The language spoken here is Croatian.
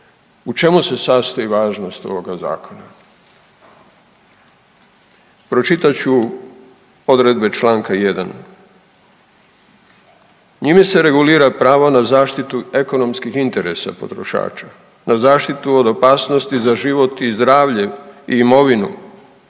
u čemu se sastoji važnost ovoga zakona. Pročitat ću odredbe Članak 1., njime se regulira pravo na zaštitu ekonomskih interesa potrošača, na zaštitu od opasnosti za život i zdravlje i imovinu,